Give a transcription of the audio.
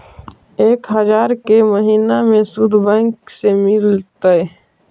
एक हजार के महिना शुद्ध बैंक से मिल तय?